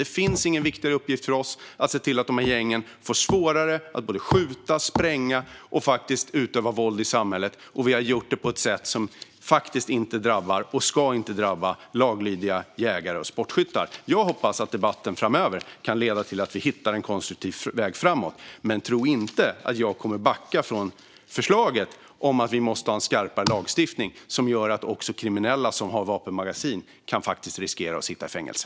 Det finns ingen viktigare uppgift för oss än att se till att de här gängen får svårare att skjuta, spränga och utöva våld i samhället, och vi har gjort det på ett sätt som faktiskt inte drabbar och inte ska drabba laglydiga jägare och sportskyttar. Jag hoppas att debatten framöver kan leda till att vi hittar en konstruktiv väg framåt. Men tro inte att jag kommer att backa från förslaget om att vi måste ha en skarpare lagstiftning som gör att också kriminella som har vapenmagasin kan riskera att sitta i fängelse.